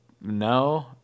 no